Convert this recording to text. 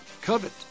covet